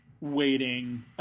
waiting